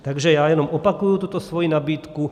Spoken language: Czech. Takže já jenom opakuji tuto svoji nabídku.